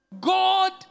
god